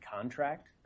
contract